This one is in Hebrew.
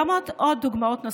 יש דוגמאות נוספות.